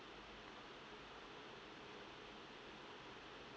oh